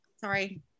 sorry